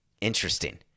Interesting